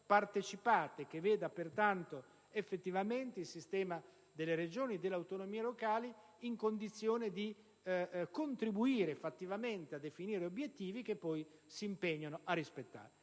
partecipata e che veda pertanto effettivamente il sistema delle Regioni e delle autonomie locali in condizione di contribuire fattivamente a definire obiettivi che poi si impegnano a rispettare.